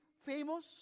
famous